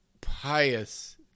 pious